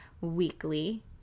weekly